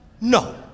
no